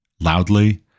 loudly